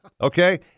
okay